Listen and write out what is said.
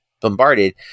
bombarded